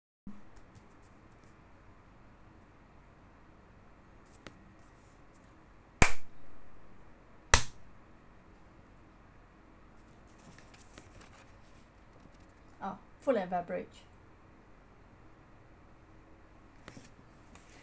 oh food and beverage